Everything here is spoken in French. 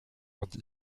heures